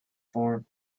form